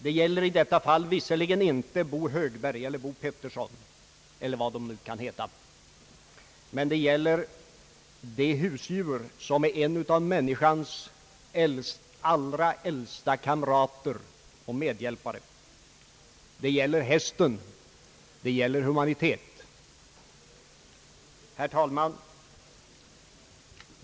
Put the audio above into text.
Den här gången gäller det inte Bo Högberg eller Bo Pettersson eller vad de kan heta, men det gäller det husdjur som är en av människans allra äldsta kamrater och medhjälpare. Det gäller hästen, och det gäller humanitet. Herr talman!